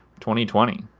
2020